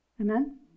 Amen